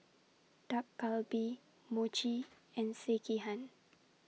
Dak Galbi Mochi and Sekihan